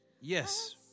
Yes